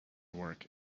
work